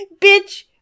bitch